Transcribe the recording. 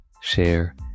share